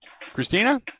Christina